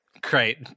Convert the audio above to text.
Great